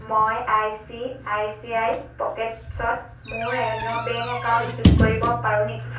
মই I C I C I পকেটছত মোৰ অন্য বেংক একাউণ্ট যোগ কৰিব পাৰোঁ নেকি